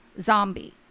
zombie